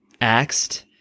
axed